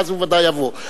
ואז הוא ודאי יבוא.